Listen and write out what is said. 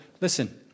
Listen